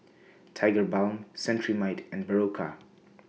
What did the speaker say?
Tigerbalm Cetrimide and Berocca